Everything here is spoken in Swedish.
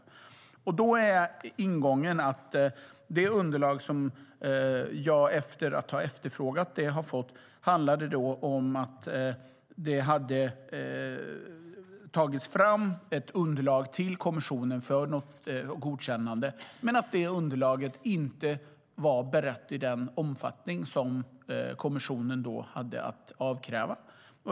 Då är ingången att det underlag som jag har efterfrågat och fått handlar om att det hade tagits fram ett underlag till kommissionen för godkännande, men att detta underlag inte var berett i den omfattning som kommissionen krävde.